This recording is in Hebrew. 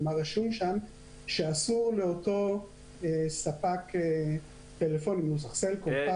כלומר רשום שם שאסור לאותו ספק טלפונים נוסח סלקום,